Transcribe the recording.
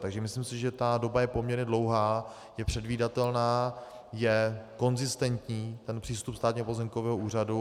Takže si myslím, že ta doba je poměrně dlouhá, je předvídatelná, je konzistentní ten přístup Státního pozemkového úřadu.